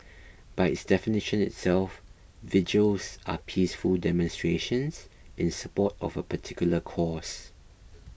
by its definition itself vigils are peaceful demonstrations in support of a particular cause